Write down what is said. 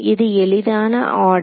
இது எளிதான ஆர்டர்